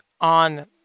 on